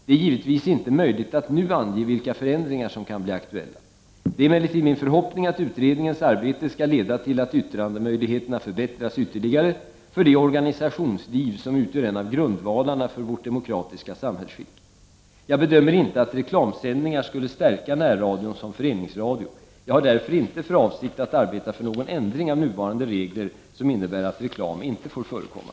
Det är givetvis inte möjligt att nu ange vilka förändringar som kan bli aktuella. Det är emellertid min förhoppning att utredningens arbete skall leda till att yttrandemöjligheterna förbättras ytterligare för det organisationsliv som utgör en av grundvalarna för vårt demokratiska samhällsskick. Jag bedömer inte att reklamsändningar skulle stärka närradion som föreningsradio. Jag har därför inte för avsikt att arbeta för någon ändring av nuvarande regler, som innebär att reklam inte får förekomma.